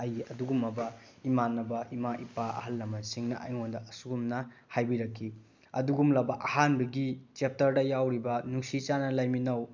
ꯑꯩꯒꯤ ꯑꯗꯨꯒꯨꯝꯂꯕ ꯏꯃꯥꯟꯅꯕ ꯏꯃꯥ ꯏꯄꯥ ꯑꯍꯟ ꯂꯃꯟꯁꯤꯡꯅ ꯑꯩꯉꯣꯟꯗ ꯑꯁꯤꯒꯨꯝꯅ ꯍꯥꯏꯕꯤꯔꯛꯈꯤ ꯑꯗꯨꯒꯨꯝꯂꯕ ꯑꯍꯥꯟꯕꯒꯤ ꯆꯦꯞꯇꯔꯗ ꯌꯥꯎꯔꯤꯕ ꯅꯨꯡꯁꯤ ꯆꯥꯟꯅꯅ ꯂꯩꯃꯤꯟꯅꯧ